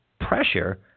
pressure